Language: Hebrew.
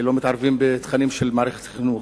שלא מתערבים בתכנים של מערכת החינוך.